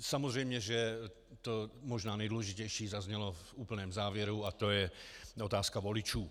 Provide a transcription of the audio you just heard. Samozřejmě, že to možná nejdůležitější zaznělo v úplném závěru, a to je otázka voličů.